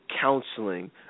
counseling